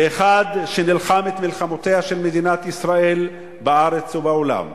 כאחד שנלחם את מלחמותיה של מדינת ישראל בארץ ובעולם,